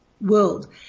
world